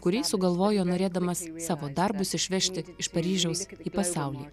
kurį sugalvojo norėdamas savo darbus išvežti iš paryžiaus į pasaulį